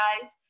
guys